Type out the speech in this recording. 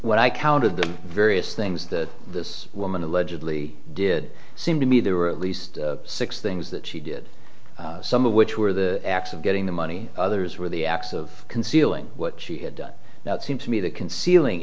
when i counted the various things that this woman allegedly did seem to me there were at least six things that she did some of which were the acts of getting the money others were the acts of concealing what she had done that seemed to be the concealing